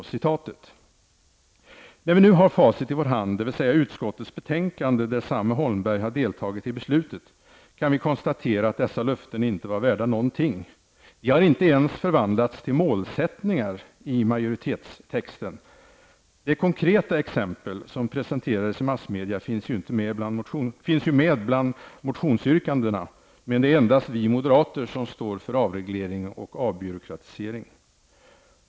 När vi nu har facit i vår hand, dvs. utskottets betänkande, där samme Holmberg har deltagit i beslutet, kan vi konstatera att dessa löften inte var värda någonting. De har inte ens förvandlats till ''målsättningar'' i majoritetstexten. Det konkreta exempel som presenterades i massmedia fanns ju med bland motionsyrkandena, men det är endast vi moderater som står för avreglering och avbyråkratisering.